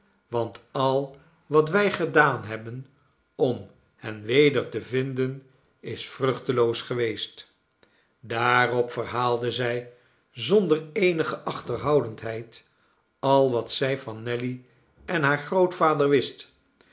want al wat wij gedaan hebben om hen weder te vinden is vruchteloos geweest daarop verhaalde zij zonder eenige achterhoudendheid al wat zij van nelly en haar grootvader wist